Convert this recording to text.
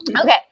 okay